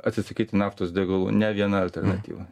atsisakyti naftos degalų ne viena alternatyva